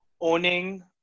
owning